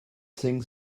think